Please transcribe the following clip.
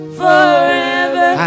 forever